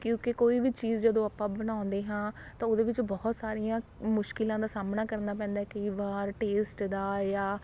ਕਿਉਂਕਿ ਕੋਈ ਵੀ ਚੀਜ਼ ਜਦੋਂ ਆਪਾਂ ਬਣਾਉਂਦੇ ਹਾਂ ਤਾਂ ਉਹਦੇ ਵਿੱਚ ਬਹੁਤ ਸਾਰੀਆਂ ਮੁਸ਼ਕਲਾਂ ਦਾ ਸਾਹਮਣਾ ਕਰਨਾ ਪੈਂਦਾ ਹੈ ਕਈ ਵਾਰ ਟੇਸਟ ਦਾ ਜਾਂ